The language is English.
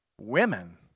Women